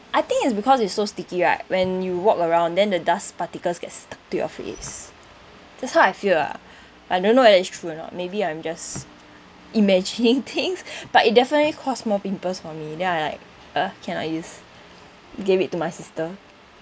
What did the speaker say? I think it's because it's so sticky right when you walk around then the dust particles gets stuck to your face that's how I feel lah I don't know whether it's true or not maybe I'm just imagining things but it definitely cause more pimples for me then I like ugh cannot use gave it to my sister